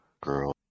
girl